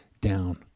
down